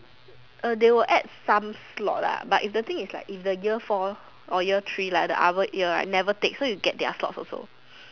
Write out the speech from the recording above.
uh they will add some slot lah but if the thing is like if the year four or year three like the other year right never take so you get their slots also